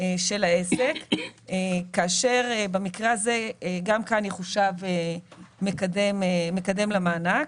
של העסק כאשר במקרה הזה גם כאן יחושב מקדם למענק